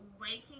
waking